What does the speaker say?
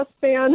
fan